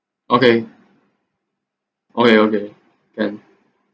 okay okay okay can